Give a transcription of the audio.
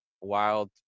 wild